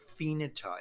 phenotype